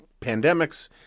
pandemics